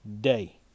day